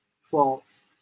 false